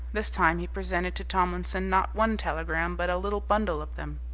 this time he presented to tomlinson not one telegram but a little bundle of them.